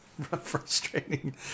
frustrating